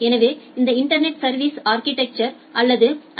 எனவே இந்த இன்டர்நெட் சா்விஸ் அா்கிடெட் அல்லது ஐ